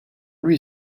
lui